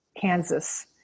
Kansas